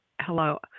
hello